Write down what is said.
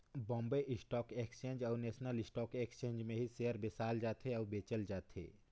Bombay stock exchange अउ national stock exchange में ही सेयर बेसाल जाथे अउ बेंचल जाथे